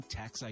tax